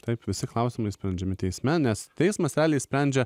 taip visi klausimai sprendžiami teisme nes teismo salėje sprendžia